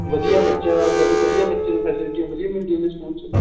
ਵਧੀਆ ਬੱਚਾ ਵਧ ਵਧੀਆ ਬੱਚੇ ਨੂੰ ਫੈਸਿਲਿਟੀਆਂ ਵਧੀਆ ਮਿਲਦੀਆਂ ਨੇ ਸਕੂਲ 'ਚ